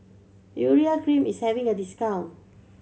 Urea Cream is having a discount